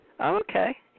Okay